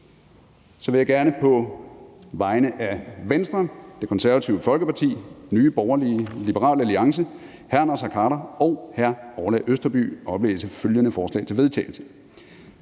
Så vil jeg gerne på vegne af Venstre, Det Konservative Folkeparti, Nye Borgerlige, Liberal Alliance, hr. Naser Khader og hr. Orla Østerby fremsætte følgende: Forslag til vedtagelse